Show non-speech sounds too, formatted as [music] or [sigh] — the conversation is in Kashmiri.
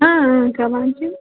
[unintelligible]